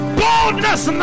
boldness